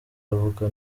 avuga